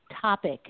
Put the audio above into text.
topic